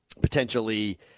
potentially